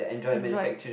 Android